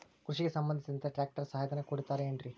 ಕೃಷಿಗೆ ಸಂಬಂಧಿಸಿದಂತೆ ಟ್ರ್ಯಾಕ್ಟರ್ ಸಹಾಯಧನ ಕೊಡುತ್ತಾರೆ ಏನ್ರಿ?